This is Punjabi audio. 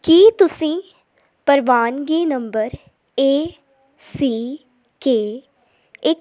ਕੀ ਤੁਸੀਂ ਪ੍ਰਵਾਨਗੀ ਨੰਬਰ ਏ ਸੀ ਕੇ ਇੱਕ